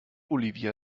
olivia